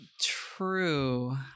True